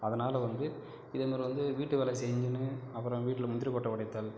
அதனாலே வந்து இன்னொரு வந்து வீட்டு வேலை செஞ்சுனு அப்புறம் வீட்டில் முந்திரிக்கொட்டை உடைத்தல்